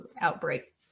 outbreak